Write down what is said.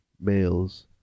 males